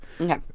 Okay